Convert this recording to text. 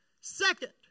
Second